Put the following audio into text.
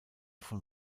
von